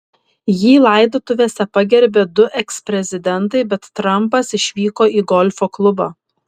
jį laidotuvėse pagerbė du eksprezidentai bet trampas išvyko į golfo klubą